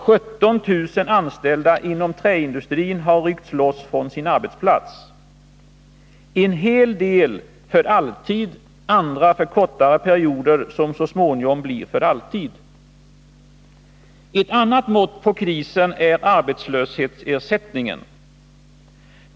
17 000 anställda inom träindustrin har ryckts loss från sin arbetsplats — en del för alltid, andra för kortare perioder, som så småningom blir för alltid. Ett annat mått på krisen är arbetslöshetsersättningen.